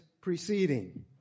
preceding